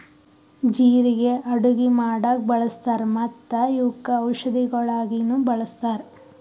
ಜೀರಿಗೆ ಅಡುಗಿ ಮಾಡಾಗ್ ಬಳ್ಸತಾರ್ ಮತ್ತ ಇವುಕ್ ಔಷದಿಗೊಳಾಗಿನು ಬಳಸ್ತಾರ್